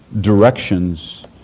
directions